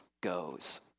goes